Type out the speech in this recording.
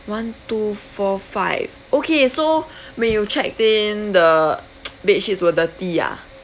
one two four five okay so when you checked in the bed sheets were dirty ah